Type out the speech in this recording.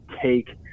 take